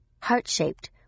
Heart-shaped